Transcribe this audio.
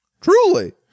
truly